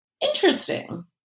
interesting